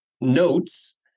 notes